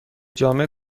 جامع